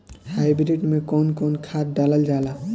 Hybrid में कउन कउन खाद डालल जाला?